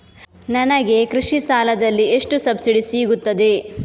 ನನಗೆ ಕೃಷಿ ಸಾಲದಲ್ಲಿ ಎಷ್ಟು ಸಬ್ಸಿಡಿ ಸೀಗುತ್ತದೆ?